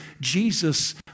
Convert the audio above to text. Jesus